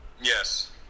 Yes